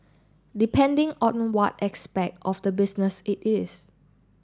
depending on what aspect of the business it is